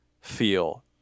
feel